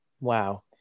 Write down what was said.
Wow